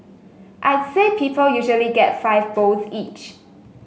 I'd say people usually get five bowls each